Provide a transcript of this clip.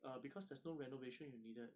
uh because there's no renovation you needed